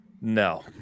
No